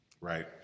Right